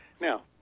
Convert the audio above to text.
Now